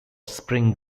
spring